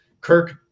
Kirk